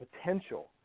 potential